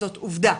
זאת עובדה.